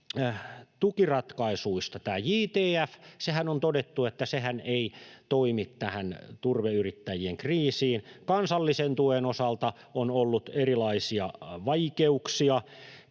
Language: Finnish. tukiratkaisuista. Tämä JTF — sehän on todettu, että se ei toimi tähän turveyrittäjien kriisiin. Kansallisen tuen osalta on ollut erilaisia vaikeuksia.